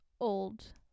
old